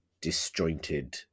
disjointed